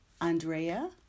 Andrea